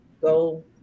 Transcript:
go